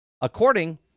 According